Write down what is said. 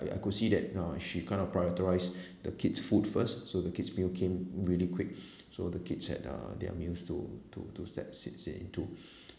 I I could see that uh she kind of prioritised the kids' food first so the kids meal came really quick so the kids had uh their meals to to to set